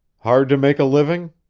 hard to make a living?